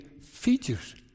features